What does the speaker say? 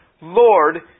Lord